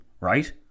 right